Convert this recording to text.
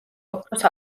ოქროს